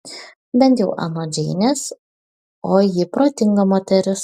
bent jau anot džeinės o ji protinga moteris